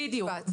בדיוק.